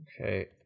Okay